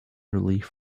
relief